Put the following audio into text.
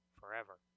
forever